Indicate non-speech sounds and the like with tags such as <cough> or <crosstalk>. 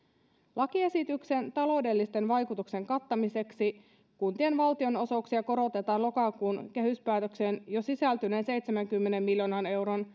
lakiesityksen taloudellisten vaikutusten kattamiseksi kuntien valtionosuuksia korotetaan lokakuun kehyspäätökseen jo sisältyneen seitsemänkymmenen miljoonan euron <unintelligible>